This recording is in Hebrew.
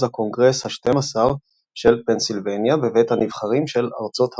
הקונגרס ה-12 של פנסילבניה בבית הנבחרים של ארצות הברית.